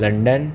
London